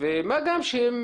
הוועדה הזאת,